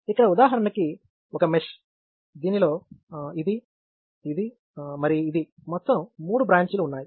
ఇక్కడ ఉదాహరణకి ఇది ఒక మెష్ దీనిలో ఇది ఇది మరి ఇది మొత్తం మూడు బ్రాంచీలు ఉన్నాయి